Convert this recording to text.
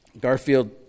Garfield